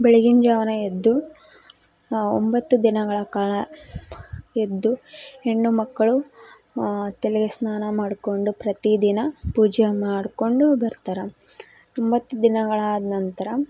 ಬೆಳಗಿನ ಜಾವವೇ ಎದ್ದು ಒಂಬತ್ತು ದಿನಗಳ ಕಾಲ ಎದ್ದು ಹೆಣ್ಣು ಮಕ್ಕಳು ತಲೆಗೆ ಸ್ನಾನ ಮಾಡಿಕೊಂಡು ಪ್ರತಿದಿನ ಪೂಜೆ ಮಾಡಿಕೊಂಡು ಬರ್ತಾರೆ ಒಂಬತ್ತು ದಿನಗಳು ಆದ ನಂತರ